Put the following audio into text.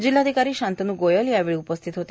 जिल्हाधिकारी शांतनू गोयल यावेळी उपस्थित होते